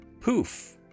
poof